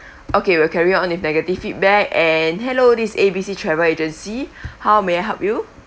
okay we'll carry on with negative feedback and hello this A B C travel agency how may I help you